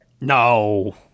no